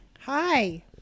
Hi